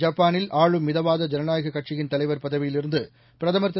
ஜப்பானில் ஆளும் மிதவாத ஜனநாயக கட்சியின் தலைவர் பதவியிலிருந்து பிரதமர் திரு